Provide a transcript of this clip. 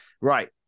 Right